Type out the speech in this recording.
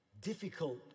difficult